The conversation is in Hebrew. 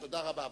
תודה רבה.